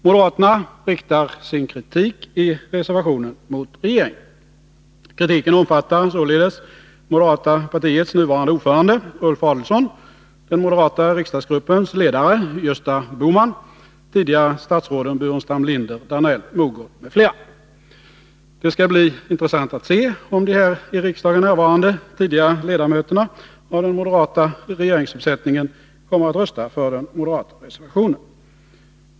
Moderaterna riktar sin kritik i reservationen mot regeringen. Kritiken omfattar således moderata samlingspartiets nuvarande ordförande Ulf Adelsohn, den moderata riksdagsgruppens ledare Gösta Bohman, tidigare statsråden Burenstam Linder, Danell, Mogård m.fl. Det skall bli intressant att se om de här i riksdagen närvarande tidigare ledamöterna av den moderata regeringsuppsättningen kommer att rösta för den moderata reservationen.